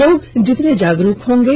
लोग जितने जागरूक होंगे